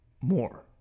more